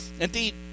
Indeed